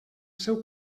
seu